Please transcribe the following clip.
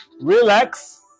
relax